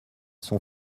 sont